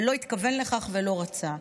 ולא התכוון לכך ולא רצה.